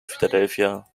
philadelphia